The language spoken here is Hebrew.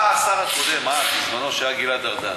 בא השר הקודם, אז, בזמנו, שהיה גלעד ארדן,